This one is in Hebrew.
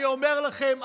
אני אומר לכם,